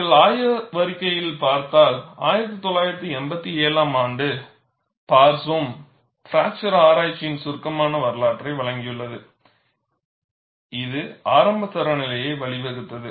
நீங்கள் ஆய்வறிக்கையில் பார்த்தால் 1987 ஆம் ஆண்டில் பார்சூம் பிராக்சர் ஆராய்ச்சியின் சுருக்கமான வரலாற்றை வழங்கியுள்ளது இது ஆரம்பத் தர நிலையை வழிவகுத்தது